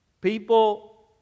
people